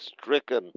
stricken